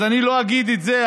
ואני לא אגיד את זה.